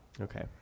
Okay